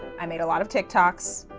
i made a lot of tiktoks.